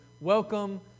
welcome